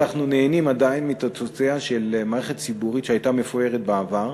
אנחנו נהנים עדיין מתוצאותיה של מערכת ציבורית שהייתה מפוארת בעבר.